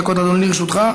שלוש דקות, אדוני, לרשותך.